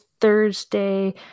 Thursday